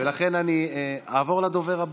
לכן אני אעבור לדובר הבא,